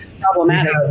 Problematic